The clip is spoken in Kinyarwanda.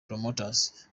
promoters